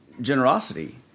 Generosity